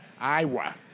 Iowa